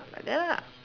like that lah